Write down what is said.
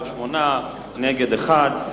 בעד ההסרה היו שמונה, ונגד, אחד.